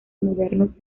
modernos